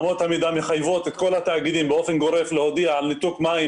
אמות המידה מחייבות את כל התאגידים באופן גורף להודיע על ניתוק מים,